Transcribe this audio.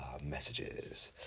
messages